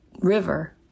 river